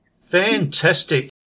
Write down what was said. Fantastic